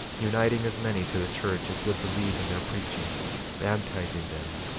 uniting as many to the church as would believe in their preaching baptizing them,